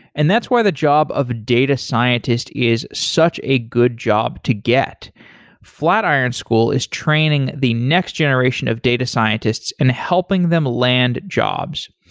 and that's why the job of data scientist is such a good job to get flatiron school is training the next generation of data scientists and helping them land jobs.